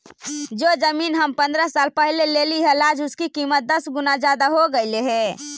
जो जमीन हम पंद्रह साल पहले लेली हल, आज उसकी कीमत दस गुना जादा हो गेलई हे